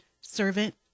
servant